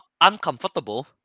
Uncomfortable